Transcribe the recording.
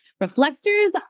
Reflectors